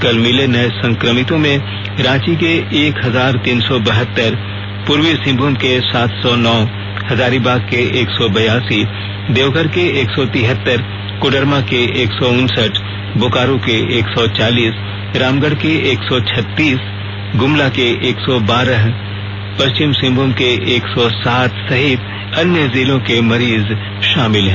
कल मिले नए संक्रमितों में रांची के एक हजार तीन सौ बहतर पूर्वी सिंहभूम के सात सौ नौ हजारीबाग के एक सौ बेयासी देवघर के एक सौ तिहतर कोडरमा के एक सौ उनसठ बोकारो के एक सौ चालीस रामगढ़ के एक सौ छत्तीस ग्रमला के एक सौ बारह पश्चिमी सिंहभूम के एक सौ सात सहित अन्य जिलों के मरीज शामिल हैं